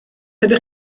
ydych